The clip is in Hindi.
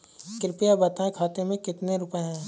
कृपया बताएं खाते में कितने रुपए हैं?